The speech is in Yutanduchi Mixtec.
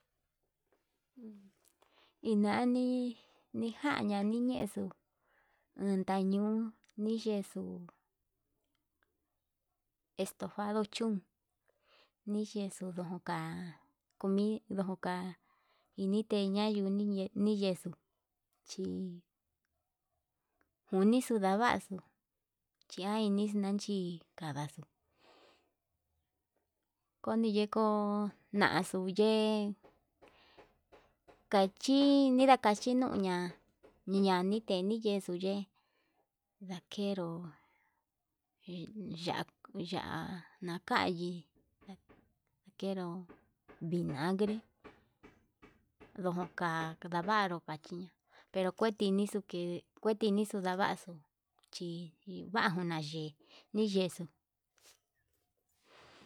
Inani nijaña niñexu untañun niyexu estofaduu chún, ka'a kuni ndoka inite te yañuni niyexuu chi unixu ndavaxu chia inix nanchi kadaxu koniyeko naxuu yee kachi nida kachiñoña ñanite niyexuu ye'e ndakero ya'a yi ndakenró vinagre koka ndavaru kiña'a ndakerixu kue tinixu ndavaxu chi vanjuna yii niyexu.